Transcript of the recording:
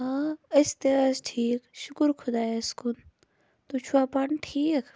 آ أسۍ تہِ ٲسۍ ٹھیٖک شُکُر خُدایَس کُن تُہۍ چھُوا پانہٕ ٹھیٖک